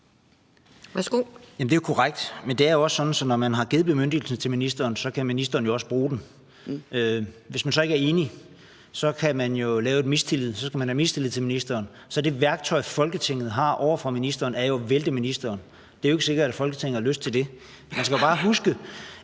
det er også sådan, at når man har givet bemyndigelsen til ministeren, kan ministeren jo også bruge den. Hvis man så ikke er enig, skal man udtrykke mistillid til ministeren. Så det værktøj, Folketinget har over for ministeren, er jo at vælte ministeren. Det er jo ikke sikkert, at Folketinget har lyst til det. Man skal bare huske,